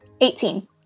Eighteen